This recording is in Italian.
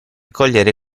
cogliere